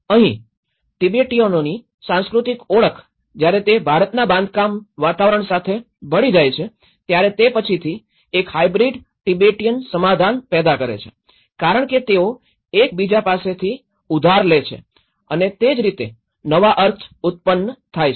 અહીં તિબેટીઓની સાંસ્કૃતિક ઓળખ જ્યારે તે ભારતના બાંધકામ વાતાવરણ સાથે ભળી જાય છે ત્યારે તે પછીથી એક હાયબ્રીડ તિબેટીયન સમાધાન પેદા કરે છે કારણ કે તેઓ એક બીજા પાસેથી ઉધાર લે છે અને તે જ રીતે નવા અર્થ ઉત્પન્ન થાય છે